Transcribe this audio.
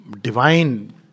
divine